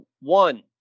one